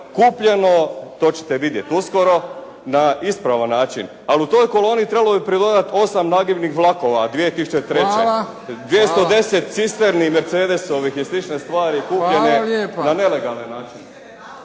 kupljeno, to ćete vidjeti uskoro, na ispravan način. Ali u toj koloni trebalo bi pridodat osam nagibnih vlakova 2003., 210 cisterni Mercedesovih… **Bebić, Luka (HDZ)** Hvala!